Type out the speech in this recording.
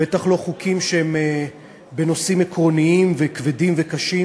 בטח לא חוקים בנושאים עקרוניים וכבדים וקשים,